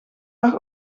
lag